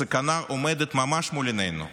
הסכנה עומדת ממש מול עינינו.